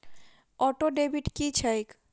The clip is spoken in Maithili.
ऑटोडेबिट की छैक?